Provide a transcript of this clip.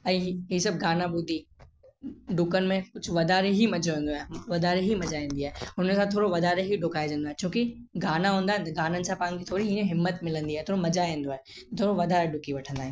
ऐं हीअ हीअ सभु गाना ॿुधी डुकण में कुझु वधारे ई मजो ईंदो आहे वधारे ई मजा ईंदी आहे हुनसां थोरो वधारे ई डुकाएजंदो आहे छो की गाना हूंदा गानन सां पाण बि थोरी ईअं हिमत मिलंदी आहे थोरो मजा ईंदो आहे थोरो वधारे डुकी वठंदा आहियूं